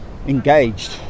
engaged